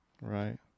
Right